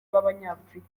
b’abanyafurika